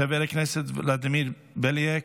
חבר הכנסת ולדימיר בליאק,